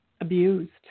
abused